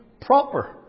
proper